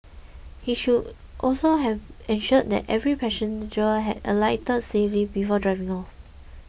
he should also have ensured that every passenger had alighted safely before driving off